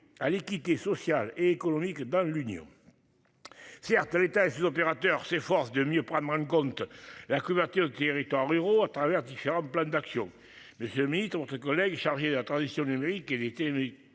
À l'équité sociale et économique dans l'Union. Certes l'étage, les opérateurs s'efforce de mieux prendre en compte la couverture des territoires ruraux à travers différents plans d'action mais ce mythe entre collègue chargé de la transition numérique. Elle était. Télécommunications